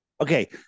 Okay